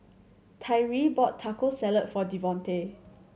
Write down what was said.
Tyree bought Taco Salad for Devonte